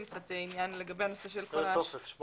בטופס 8?